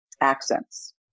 accents